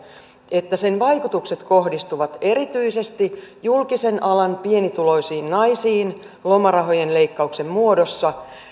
että sen vaikutukset kohdistuvat erityisesti julkisen alan pienituloisiin naisiin lomarahojen leikkauksen muodossa